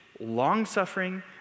long-suffering